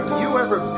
you